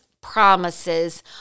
promises